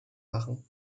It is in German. machen